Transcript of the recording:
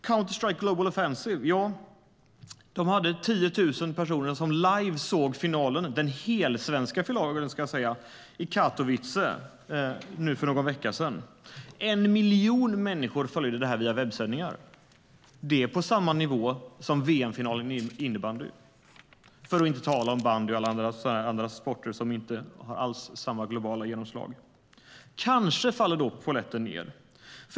Counter-Strike: Global Offensive hade 10 000 personer som live såg den helsvenska finalen i Katowice för någon vecka sedan. 1 miljon människor följde detta via webbsändningar. Det är på samma nivå som VM-finalen i innebandy - för att inte tala om bandy och alla andra sporter som inte alls har samma globala genomslag. Kanske faller då polletten ned.